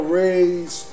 raise